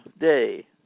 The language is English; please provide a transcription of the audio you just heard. Day